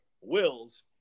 Wills